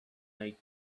night